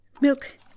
Milk